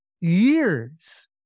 years